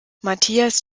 matthias